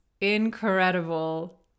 incredible